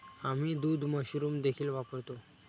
आम्ही दूध मशरूम देखील वापरतो